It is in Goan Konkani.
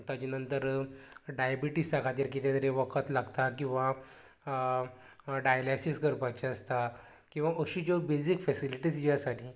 ताज्या नंतर डायबिटीसा खातीर कितें तरी वखद लागता किंवां डायलेसीस करपाचें आसता किंवां अशें ज्यो बेजिक्स फेसिलीटीस ज्यो आसा न्ही